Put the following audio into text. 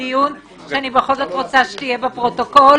שאני בכל זאת רוצה שתהיה בפרוטוקול.